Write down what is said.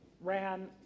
ran